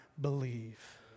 believe